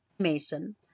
Mason